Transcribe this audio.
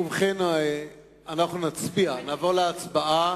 ובכן, אנחנו נעבור להצבעה.